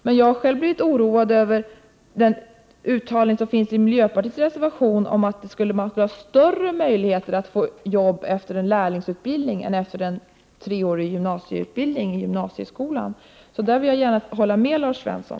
Jag har dock själv blivit oroad över det uttalande som finns i miljöpartiets reservation om att man skulle ha större möjligheter att få arbete efter en lärlingsutbildning än efter en treårig utbildning i gymnasieskolan. I det sammanhanget vill jag gärna hålla med Lars Svensson.